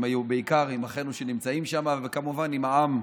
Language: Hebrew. ובעיקר עם אחינו שנמצאים שם, וכמובן עם העם,